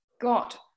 got